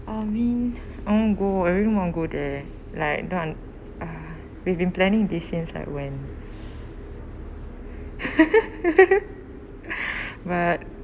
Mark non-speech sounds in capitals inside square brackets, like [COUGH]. oh man I want to go everyone go there like done ah we've been planning this since like when [BREATH] [LAUGHS] but